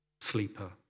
sleeper